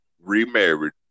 remarried